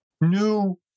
new